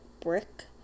brick